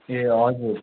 ए हजुर